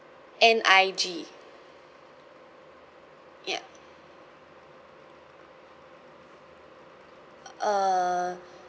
N I G ya uh